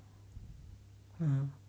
mm